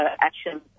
action